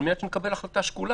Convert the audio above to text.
על מנת שנקבל החלטה שקולה.